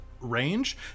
range